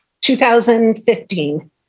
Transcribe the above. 2015